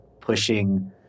pushing